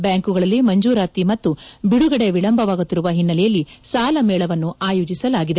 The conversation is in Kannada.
ಬ್ಯಾಂಕುಗಳಲ್ಲಿ ಮಂಜೂರಾತಿ ಮತ್ತು ಬಿಡುಗಡೆ ವಿಳಂಬವಾಗುತ್ತಿರುವ ಹಿನ್ನಲೆಯಲ್ಲಿ ಸಾಲ ಮೇಳವನ್ನು ಆಯೋಜಿಸಲಾಗಿದೆ